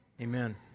Amen